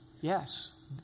Yes